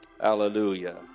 Hallelujah